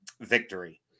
victory